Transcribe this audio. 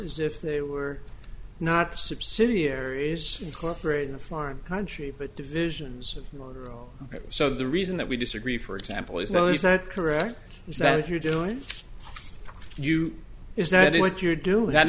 as if they were not subsidiaries incorporated in a foreign country but divisions of motorola so the reason that we disagree for example is no is that correct is that if you're doing you is that what you're doing